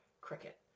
cricket